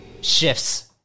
shifts